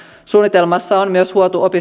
suunnitelmassa on myös